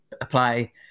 apply